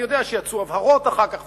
אני יודע שיצאו הבהרות אחר כך